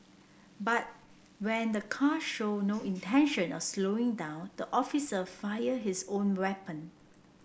but when the car showed no intention or slowing down the officer fired his own weapon